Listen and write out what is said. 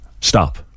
stop